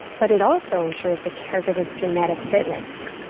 but it also ensures the caregiver's genetic fitness.